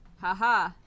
Haha